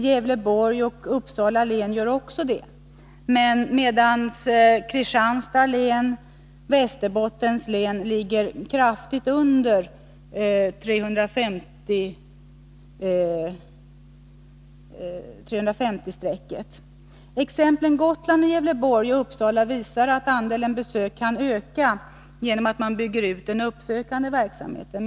Gävleborgs och Uppsala län gör också det, medan Kristianstads län och Västerbottens län ligger kraftigt under 350-strecket. Exemplen Gotland, Gävleborg och Uppsala visar att andelen besök kan öka genom att man bygger ut den uppsökande verksamheten.